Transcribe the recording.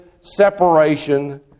separation